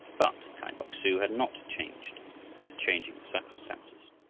but kai bok-su had not changed with the changing circumstances.